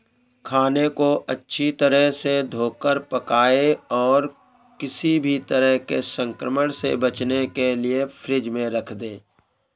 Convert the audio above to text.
खाने को अच्छी तरह से धोकर पकाएं और किसी भी तरह के संक्रमण से बचने के लिए फ्रिज में रख दें